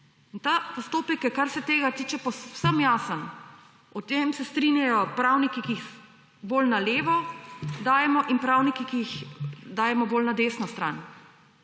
Ta postopek je, kar se tega tiče, povsem jasen. O tem se strinjajo pravniki, ki jih dajemo bolj na levo, in pravniki, ki jih dajemo bolj na desno stran.